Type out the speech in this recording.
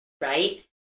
right